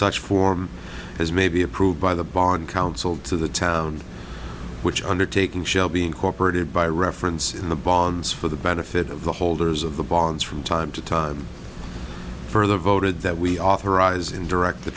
such form as may be approved by the bond council to the town which undertaking shall be incorporated by reference in the bonds for the benefit of the holders of the bonds from time to time further voted that we authorize in direct the